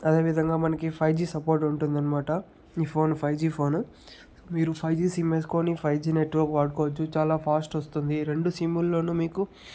అదేవిధంగా మనకి five G support ఉంటుందనమాట ఈ ఫోన్ ఫైవ్ జీ ఫోన్ మీరు ఫైవ్ జీ సిమ్ వేసుకొని ఫైవ్ జీ నెట్వర్క్ వాడుకోవచ్చు చాలా ఫాస్ట్ వస్తుంది రెండు సిమ్ముల్లోనూ మీకు